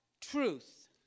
truth